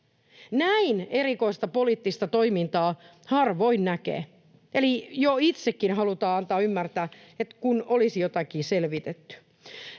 Näin erikoista poliittista toimintaa harvoin näkee. Eli jo itsekin halutaan antaa ymmärtää, kuin olisi jotakin selvitetty.